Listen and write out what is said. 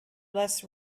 less